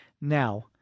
now